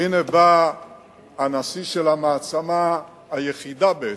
והנה בא הנשיא של המעצמה היחידה בעצם,